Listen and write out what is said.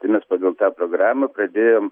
tai mes pagal tą programą pradėjom